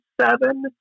seven